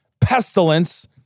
pestilence